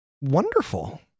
wonderful